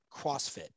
CrossFit